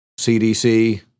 CDC